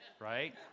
Right